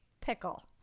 pickle